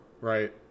right